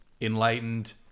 enlightened